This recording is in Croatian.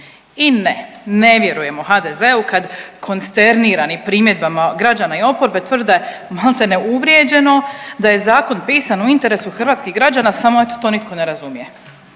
I ne, ne vjerujemo HDZ-u kad konsternirani primjedbama građana i oporbe tvrde maltene uvrijeđeno da je zakon pisan u interesu hrvatskih građana samo eto to nitko ne razumije.